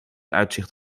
uitzicht